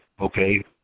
okay